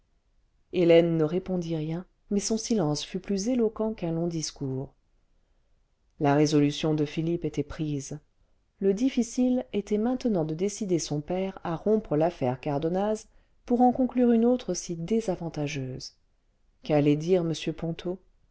hélène ne répondit rien mais son silence fut plus éloquent qu'un long discours la résolution de philippe était prise le difficile était maintenant de décider son père à rompre l'affaire cardonnaz pour en conclure une autre si désavantageuse qu'allait dire m ponto